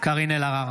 קארין אלהרר,